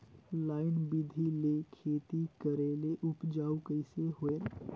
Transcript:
Line बिधी ले खेती करेले उपजाऊ कइसे होयल?